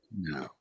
No